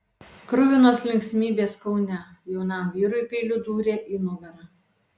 kruvinos linksmybės kaune jaunam vyrui peiliu dūrė į nugarą